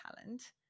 talent